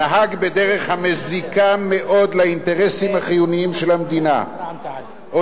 נהג בדרך המזיקה מאוד לאינטרסים החיוניים של המדינה או